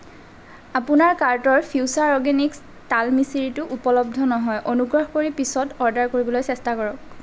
আপোনাৰ কাৰ্টৰ future organics তাল মিচিৰিটো উপলব্ধ নহয় অনুগ্ৰহ কৰি পিছত অৰ্ডাৰ কৰিবলৈ চেষ্টা কৰক